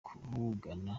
kuvugana